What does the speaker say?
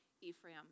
Ephraim